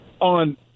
on